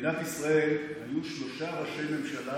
במדינת ישראל היו שלושה ראשי ממשלה